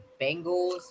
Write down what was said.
Bengals